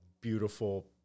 beautiful